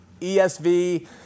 ESV